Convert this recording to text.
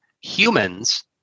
Humans